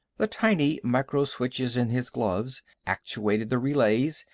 the tiny microswitches in his gloves actuated the relays,